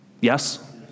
Yes